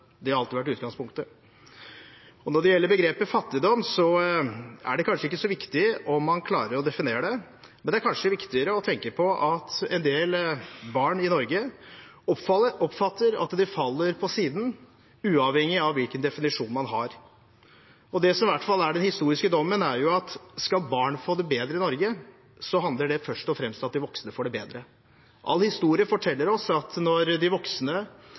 Det har alltid vært utgangspunktet. Når det gjelder begrepet fattigdom, er det kanskje ikke så viktig om man klarer å definere det, det er kanskje viktigere å tenke på at en del barn i Norge oppfatter at de faller på siden, uavhengig av hvilken definisjon man har. Det som i hvert fall er den historiske dommen, er at skal barn få det bedre i Norge, handler det først og fremst om at de voksne får det bedre. All historie forteller oss at når de voksne